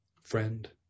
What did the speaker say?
Friend